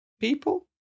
people